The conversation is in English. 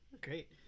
Great